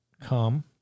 come